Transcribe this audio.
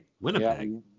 winnipeg